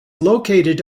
located